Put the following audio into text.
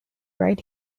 right